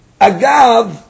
agav